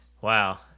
wow